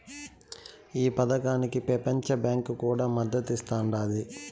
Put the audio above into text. ఈ పదకానికి పెపంచ బాంకీ కూడా మద్దతిస్తాండాది